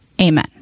Amen